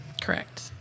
Correct